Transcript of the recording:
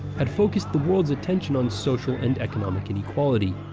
had focused the world's attention on social and economic inequality.